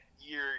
year